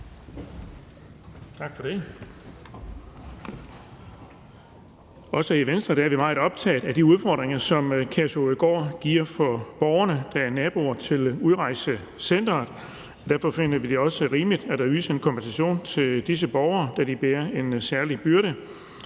Også i Venstre er vi meget optaget af de udfordringer, som Kærshovedgård giver for borgerne, der er naboer til udrejsecenteret. Derfor finder vi det også rimeligt, at der ydes en kompensation til disse borgere, da de bærer en særlig byrde.